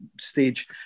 stage